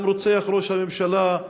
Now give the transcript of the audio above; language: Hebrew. גם רוצח ראש הממשלה,